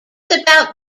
about